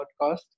podcast